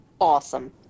Awesome